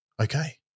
okay